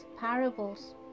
parables